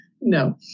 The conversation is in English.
No